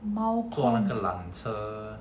猫空